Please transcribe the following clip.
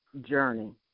Journey